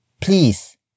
please